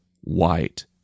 white